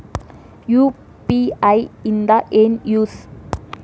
UPI ದಿಂದ ಏನು use?